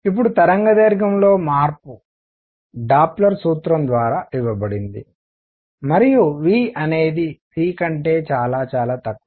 ఇప్పుడు తరంగదైర్ఘ్యంలో మార్పు డాప్లర్ సూత్రం ద్వారా ఇవ్వబడింది మరియు v అనేది c కంటే చాలా చాలా తక్కువ